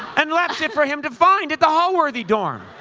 and left it for him to find at the holworthy dorm.